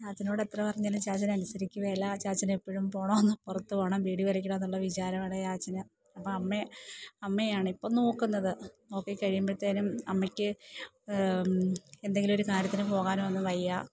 ചാച്ചനോടെത്ര പറഞ്ഞാലും ചാച്ചനനുസരിക്കുവേല ചാച്ചനെപ്പഴും പോകണമെന്ന് പുറത്ത് പോകണം ബീഡി വലിക്കണം എന്നുള്ള വിചാരവാണ് ചാച്ചന് അപ്പം അമ്മേ അമ്മയാണ് ഇപ്പം നോക്കുന്നത് നോക്കി കഴിയുമ്പത്തേനും അമ്മയ്ക്ക് എന്തെങ്കിലൊരു കാര്യത്തിന് പോകാനോ ഒന്നും വയ്യ